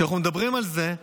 כשאנחנו מדברים על זה,